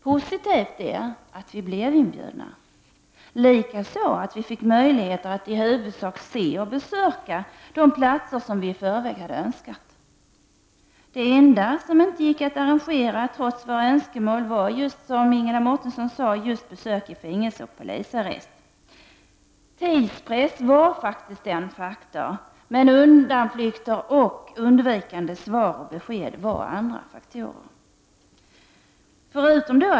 Positivt är att vi blev inbjudna, likaså är det positivt att vi fick möjligheter att i huvudsak se och besöka de platser som vi i förväg hade önskat besöka. Det enda som inte gick att arrangera, trots våra önskemål, var, som Ingela Mårtensson sade, just besök i fängelse och polisarrest. Tidspress var en faktor som bidrog till detta, men undanflykter och undvikande svar och besked var andra faktorer.